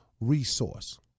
resource